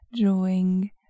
drawing